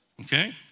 okay